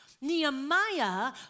Nehemiah